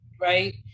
right